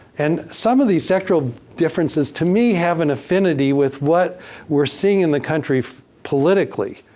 and some of these sectorial differences to me have an affinity with what we're seeing in the country politically.